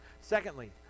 Secondly